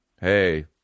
Hey